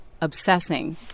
obsessing